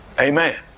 Amen